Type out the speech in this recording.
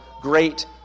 great